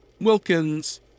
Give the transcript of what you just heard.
Wilkins